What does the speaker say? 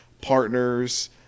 partners